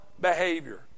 behavior